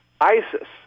ISIS